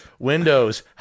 Windows